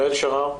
יעל שרר,